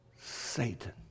Satan